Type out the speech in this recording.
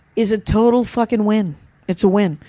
is a total fuckin' win it's a win.